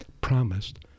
promised